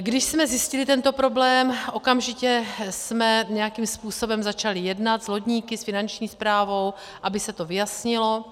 Když jsme zjistili tento problém, okamžitě jsme nějakým způsobem začali jednat s lodníky, s Finanční správou, aby se to vyjasnilo.